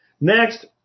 Next